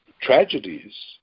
tragedies